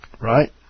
Right